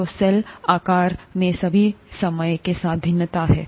तो सेल आकार में भी समय के साथ भिन्नता है